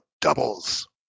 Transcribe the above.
doubles